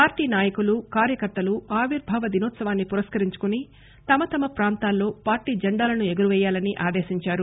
party నాయకులు కార్యకర్తలు ఆవిర్బావ దినోత్సవాన్ని పురస్కరించుకుని తమతమ ప్రాంతాల్లో పార్టీ జెండాలను ఎగురవేయాలని ఆదేశించారు